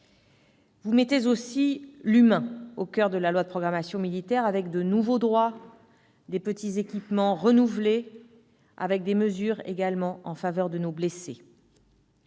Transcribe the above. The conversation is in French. Vous mettez aussi l'humain au coeur de la loi de programmation militaire, avec de nouveaux droits, des petits équipements renouvelés, des mesures en faveur de nos blessés.